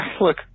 Look